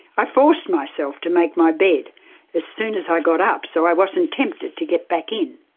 i forced myself to make my bed as soon as i got up, so i wasn't tempted to get back in.